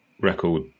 record